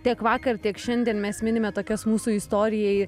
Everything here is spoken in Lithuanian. tiek vakar tiek šiandien mes minime tokias mūsų istorijai